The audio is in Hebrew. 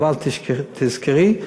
אבל תזכרי,